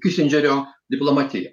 kisindžerio diplomatija